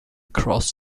cross